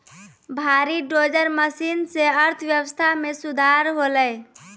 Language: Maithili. भारी डोजर मसीन सें अर्थव्यवस्था मे सुधार होलय